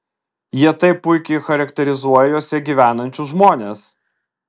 jie taip puikiai charakterizuoja juose gyvenančius žmones